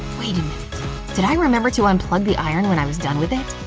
wait did i remember to unplug the iron when i was done with it?